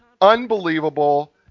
unbelievable